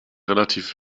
relativ